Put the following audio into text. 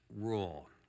rule